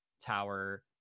tower